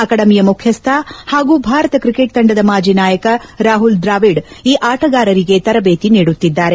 ಅಕಾಡೆಮಿಯ ಮುಖ್ಯಸ್ಥ ಪಾಗೂ ಭಾರತ ಕ್ರಿಕೆಟ್ ತಂಡದ ಮಾಜಿ ನಾಯಕ ರಾಹುಲ್ ದ್ರಾವಿಡ್ ಈ ಆಟಗಾರರಿಗೆ ತರದೇತಿ ನೀಡುತ್ತಿದ್ದಾರೆ